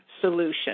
solution